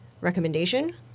recommendation